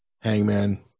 Hangman